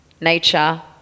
nature